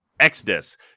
Exodus